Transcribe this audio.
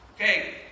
Okay